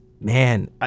man